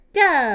go